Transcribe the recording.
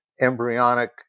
embryonic